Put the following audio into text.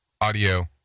audio